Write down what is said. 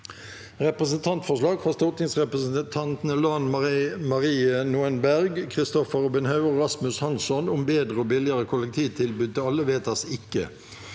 Representantforslag fra stortingsrepresentantene Lan Marie Nguyen Berg, Kristoffer Robin Haug og Rasmus Hansson om bedre og billigere kollektivtilbud til alle – vedtas ikke.